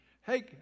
Hey